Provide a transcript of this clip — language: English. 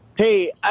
Hey